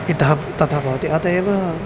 इतः तथा भवति अतः एव